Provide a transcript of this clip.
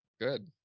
Good